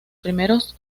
primeros